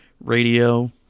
Radio